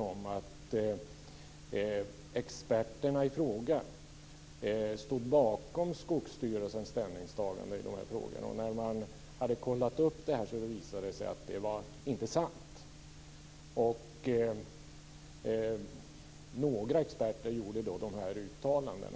om att experterna i fråga stod bakom Skogsstyrelsens ställningstagande i dessa frågor. När man hade kollat upp detta visade det sig att detta inte var sant. Några experter gjorde då dessa uttalanden.